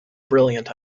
brilliant